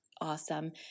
Awesome